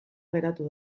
geratu